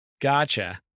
Gotcha